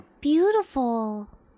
beautiful